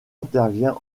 intervient